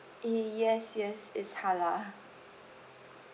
uh yes yes it's halal